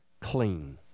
clean